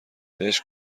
بهش